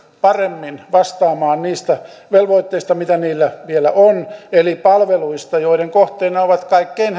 paremmin vastaamaan niistä velvoitteista mitä niillä vielä on eli palveluista joiden kohteena ovat kaikkein